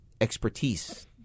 expertise